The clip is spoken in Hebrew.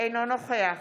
אינו נוכח